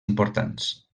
importants